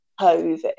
covid